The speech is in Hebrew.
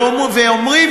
ואומרים